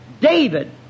David